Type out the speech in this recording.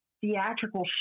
theatrical